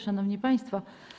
Szanowni Państwo!